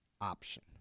option